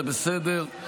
זה בסדר.